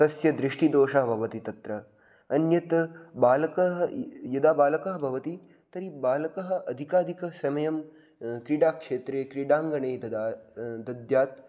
तस्य दृष्टिदोषः भवति तत्र अन्यत् बालकः यदा बालकः भवति तर्हि बालकः अधिकाधिकसमयं क्रिडाक्षेत्रे क्रीडाङ्गणे तदा दद्यात्